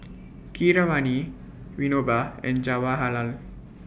Keeravani Vinoba and Jawaharlal